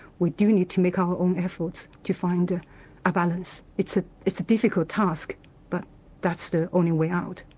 we do need to make our own efforts to find ah a balance. it's ah it's a difficult task but that's the only way out.